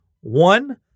one